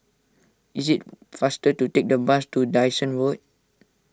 is it faster to take the bus to Dyson Road